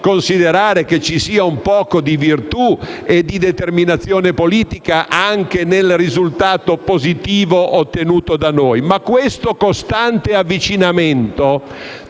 considerare che ci sia un poco di virtù e di determinazione politica anche nel risultato positivo da noi ottenuto. Ma il costante avvicinamento